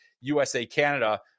USA-Canada